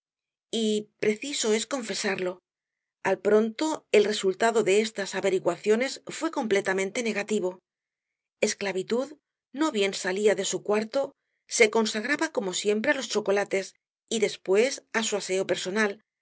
y preciso es confesarlo al pronto el resultado de estas averiguaciones fué completamente negativo esclavitud no bien salía de su cuarto se consagraba como siempre á los chocolates y después á su aseo personal